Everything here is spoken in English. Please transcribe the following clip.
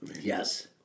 Yes